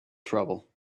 trouble